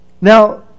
Now